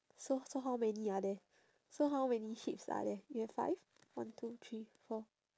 so so how many are there so how many sheeps are there you have five one two three four